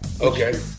Okay